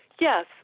Yes